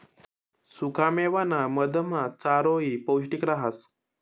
सुखा मेवाना मधमा चारोयी पौष्टिक रहास